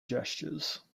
gestures